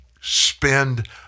spend